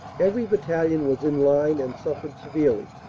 every battalion was in line and suffered severely.